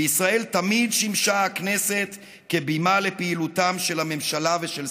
בישראל תמיד שימשה הכנסת כבימה לפעילותם של הממשלה ושל שריה.